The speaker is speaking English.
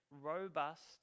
robust